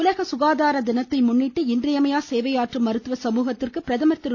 உலக சுகாதார தினத்தை முன்னிட்டு இன்றியமையா சேவையாற்றும் மருத்துவ சமூகத்திற்கு பிரதமர் திரு